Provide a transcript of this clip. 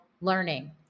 learning